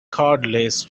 cordless